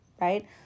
right